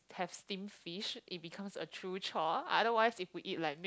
have steam fish it becomes a true chore otherwise if we eat like mixed